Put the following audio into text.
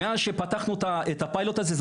מאז שפתחנו את הפיילוט הזה,